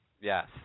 Yes